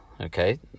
okay